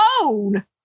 alone